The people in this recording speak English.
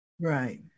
Right